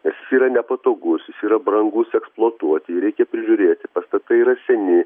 nes jis yra nepatogus jis yra brangus eksploatuoti jį reikia prižiūrėti pastatai yra seni